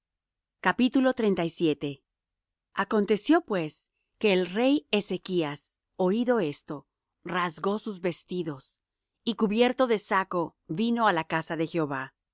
rabsaces acontecio pues que el rey ezechas oído esto rasgó sus vestidos y cubierto de saco vino á la casa de jehová